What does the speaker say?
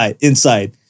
inside